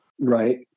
right